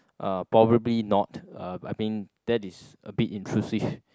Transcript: uh probably not uh I mean that is a bit intrusive